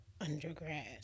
undergrad